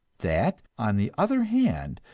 that, on the other hand,